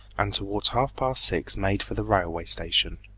and towards half-past six made for the railway station.